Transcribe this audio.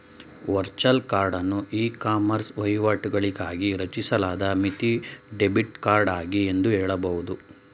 virtual ಕಾರ್ಡನ್ನು ecommerce ವಹಿವಾಟುಗಳಿಗಾಗಿ ರಚಿಸಲಾದ ಮಿತಿ ಡೆಬಿಟ್ ಕಾರ್ಡ್ ಆಗಿದೆ ಎಂದು ಹೇಳಬಹುದು